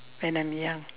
when I'm young